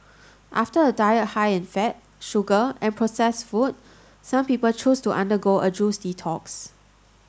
after a diet high in fat sugar and processed food some people choose to undergo a juice detox